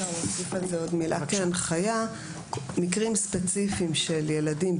יש הנחיה במקרים ספציפיים של ילדים,